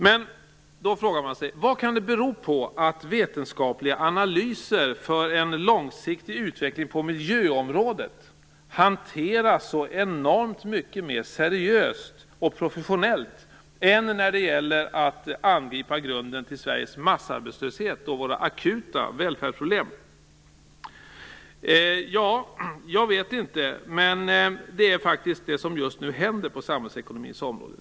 Men man frågar sig vad det kan bero på att vetenskapliga analyser för en långsiktig utveckling på miljöområdet hanteras så enormt mycket mer seriöst och professionellt än när det gäller att angripa grunden till Sveriges massarbetslöshet och akuta välfärdsproblem. Jag vet inte, men det är faktiskt vad som just nu händer på samhällsekonomins område.